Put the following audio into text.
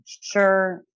Sure